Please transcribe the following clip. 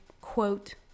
quote